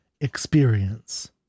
experience